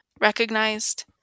recognized